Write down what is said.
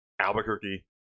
Albuquerque